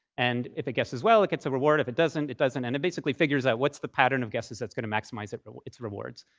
and if it guesses well, it gets a reward. if it doesn't, it doesn't. and it basically figures out, what's the pattern of guesses that's going to maximize but its rewards?